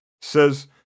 says